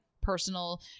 personal